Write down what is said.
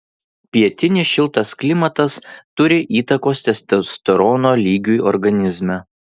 pietinis šiltas klimatas turi įtakos testosterono lygiui organizme